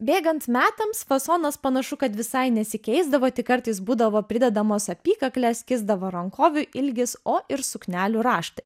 bėgant metams fasonas panašu kad visai nesikeisdavo tik kartais būdavo pridedamos apykaklės kisdavo rankovių ilgis o ir suknelių raštai